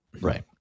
right